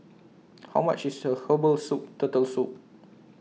How much IS Her Herbal Soup Turtle Soup